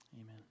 amen